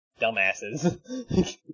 dumbasses